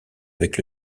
avec